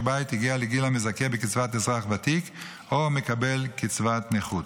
בית הגיע לגיל המזכה בקצבת אזרח ותיק או מקבל קצבת נכות.